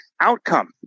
outcome